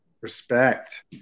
Respect